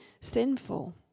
sinful